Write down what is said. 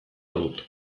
dut